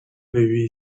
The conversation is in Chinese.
对于